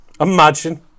Imagine